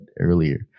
earlier